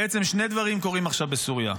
בעצם שני דברים קורים עכשיו בסוריה: